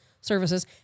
services